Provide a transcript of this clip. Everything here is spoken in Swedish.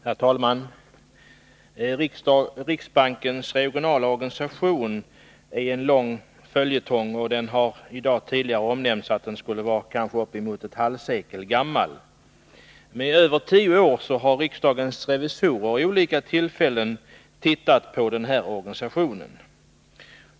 Herr talman! Diskussionen om riksbankens regionala organisation är en lång följetong, och det har tidigare i dag nämnts att organisationen skulle vara omkring ett halvt sekel gammal. Under mer än tio år har riksdagens revisorer vid olika tillfällen diskuterat organisationen.